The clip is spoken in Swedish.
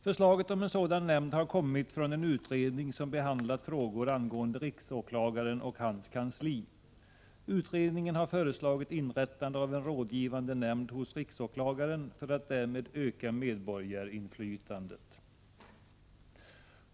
Förslaget om en rådgivande nämnd har kommit från en utredning som behandlat frågor angående riksåklagaren och hans kansli. Utredningen har föreslagit inrättande av en sådan nämnd hos riksåklagaren för att därmed öka medborgarinflytandet.